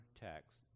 text